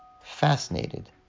Fascinated